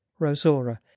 rosora